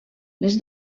les